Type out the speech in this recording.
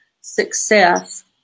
success